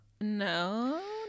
no